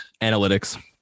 Analytics